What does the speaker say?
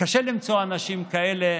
קשה למצוא אנשים כאלה,